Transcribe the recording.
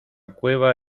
cueva